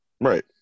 Right